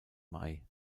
mai